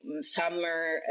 summer